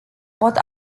pot